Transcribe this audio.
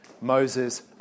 Moses